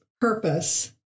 purpose